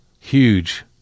Huge